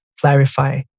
clarify